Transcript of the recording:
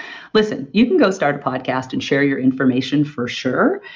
listen, you can go start a podcast and share your information for sure.